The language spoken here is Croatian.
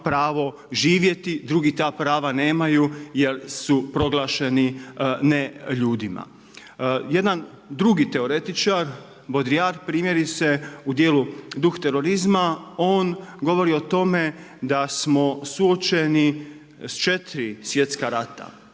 pravo živjeti, drugi ta prava nemaju jer su proglašeni neljudima. Jedan drugi teoretičar, Baudrillard, primjerice u dijelu „Duh terorizma“, on govori o tome da smo suočeni s 4 svjetska rata.